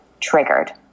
triggered